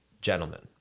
gentlemen